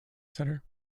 centre